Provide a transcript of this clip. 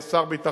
יש שר ביטחון,